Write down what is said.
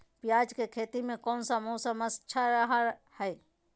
प्याज के खेती में कौन मौसम अच्छा रहा हय?